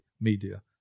media